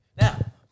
Now